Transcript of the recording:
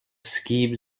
scheme